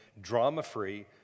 drama-free